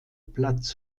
platz